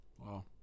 Wow